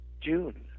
June